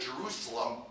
Jerusalem